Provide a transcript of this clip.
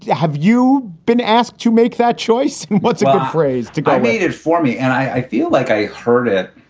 yeah have you been asked to make that choice? what's a good phrase? to get waited for me. and i feel like i heard it.